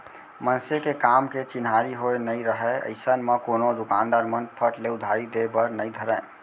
मनसे के काम के चिन्हारी होय नइ राहय अइसन म कोनो दुकानदार मन फट ले उधारी देय बर नइ धरय